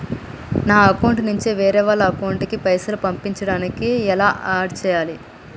నా అకౌంట్ నుంచి వేరే వాళ్ల అకౌంట్ కి పైసలు పంపించడానికి ఎలా ఆడ్ చేయాలి?